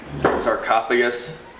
Sarcophagus